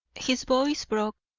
his voice broke.